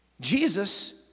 Jesus